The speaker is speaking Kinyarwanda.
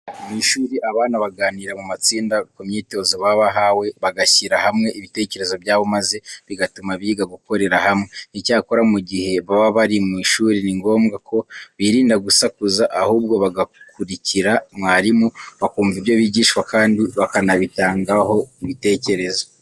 Mu ishuri, abana baganira mu matsinda ku myitozo baba bahawe, bagashyira hamwe ibitekerezo byabo maze bigatuma biga gukorera hamwe. Icyakora, mu gihe baba bari mu ishuri ni ngombwa ko birinda gusakuza, ahubwo bagakurikira mwarimu, bakumva ibyo bigishwa kandi bakanabitangaho ibitekerezo.